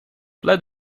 plead